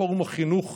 ערערה